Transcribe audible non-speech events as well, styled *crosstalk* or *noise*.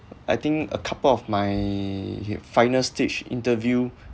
I think a couple of my *noise* final stage interview